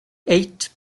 eight